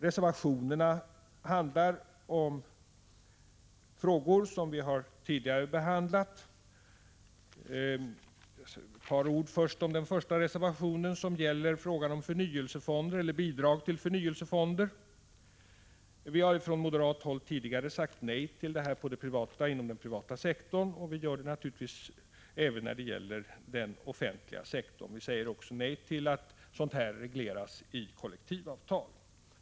Reservationerna handlar om frågor som vi tidigare behandlat. Först ett par ord om den första reservationen, som gäller frågan om bidrag till förnyelsefonder. Vi har från moderat håll tidigare sagt nej till sådana inom den privata sektorn, och vi gör det naturligtvis även när det gäller den offentliga sektorn. Vi säger också nej till att sådant här regleras i kollektivavtal.